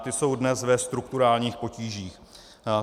Ty jsou dnes ve strukturálních potížích.